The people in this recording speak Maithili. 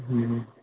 हुँ